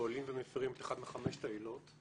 פועלים ומפרים את אחת מחמשת העילות,